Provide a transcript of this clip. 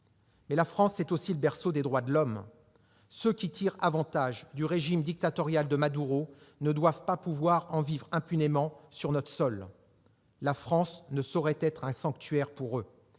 Mais la France, c'est aussi le berceau des droits de l'homme. Ceux qui tirent avantage du régime dictatorial de Maduro ne doivent pas pouvoir en vivre impunément sur notre sol. La France ne saurait être un sanctuaire pour eux